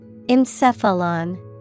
Encephalon